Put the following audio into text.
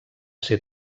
ser